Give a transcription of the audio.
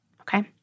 Okay